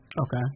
okay